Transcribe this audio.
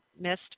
missed